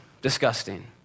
disgusting